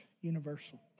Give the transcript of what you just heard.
universal